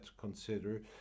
consider